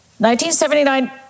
1979